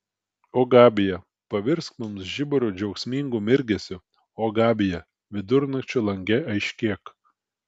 o gabija pavirsk mums žiburio džiaugsmingu mirgesiu o gabija vidurnakčio lange aiškėk